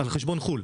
על חשבון חו"ל.